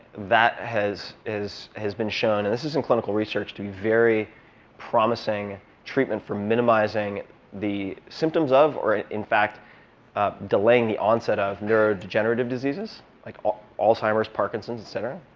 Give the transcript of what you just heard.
that has has been shown and this is in clinical research to be very promising treatment for minimizing the symptoms of or ah in fact delaying the onset of neurodegenerative diseases like ah alzheimer's, parkinson's, et cetera.